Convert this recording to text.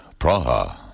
Praha